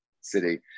City